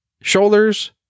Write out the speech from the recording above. shoulders